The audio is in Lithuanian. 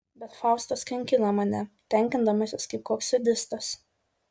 bet faustas kankina mane tenkindamasis kaip koks sadistas